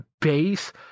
base